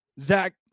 Zach